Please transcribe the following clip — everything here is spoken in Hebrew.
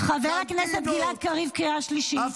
חבר הכנסת גלעד קריב, קריאה שלישית.